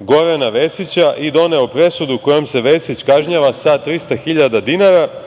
Gorana Vesića i doneo presudu kojom se Vesić kažnjava sa 300.000 dinara